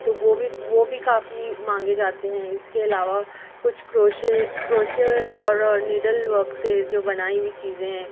تو وہ بھی وہ بھی کافی مانگیں جاتے ہیں اِس کے علاوہ کچھ کروشے کروشے اور نیڈل ورک سے جو بناٮٔی ہوٮٔی چیزیں ہیں